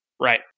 Right